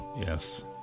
Yes